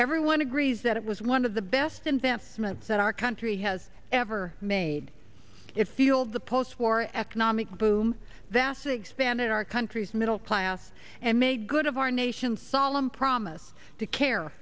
everyone agrees that it was one of the best investments that our country has ever made it field the postwar economic boom that's expanded our country's middle class and made good of our nation's solemn promise to care